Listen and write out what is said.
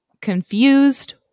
confused